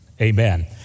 Amen